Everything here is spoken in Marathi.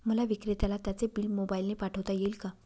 मला विक्रेत्याला त्याचे बिल मोबाईलने पाठवता येईल का?